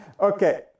Okay